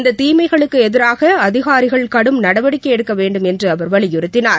இந்த தீமைகளுக்கு எதிராக அதிகாரிகள் கடும் நடவடிக்கை எடுக்க வேண்டும் என்று அவர் வலியுறுத்தினார்